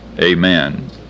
Amen